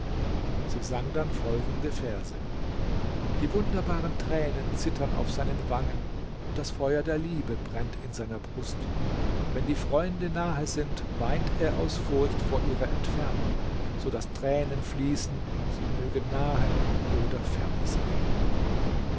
sie sang dann folgende verse die wunderbaren tränen zittern auf seinen wangen und das feuer der liebe brennt in seiner brust wenn die freunde nahe sind weint er aus furcht vor ihrer entfernung so daß tränen fließen sie mögen nahe oder ferne sein